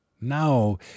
Now